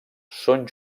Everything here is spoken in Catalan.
són